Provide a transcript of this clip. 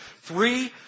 three